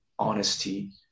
honesty